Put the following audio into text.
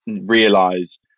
realize